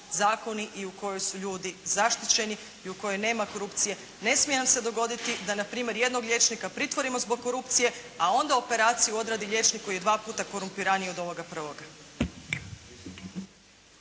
zakoni u kojoj su ljudi zaštićeni i u kojoj nema korupcije. Ne smije nam se dogoditi da, npr. jednog liječnika pritvorimo zbog korupcije, a onda operaciju odradi liječnik koji je dva puta korumpiraniji od ovoga prvoga.